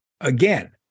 again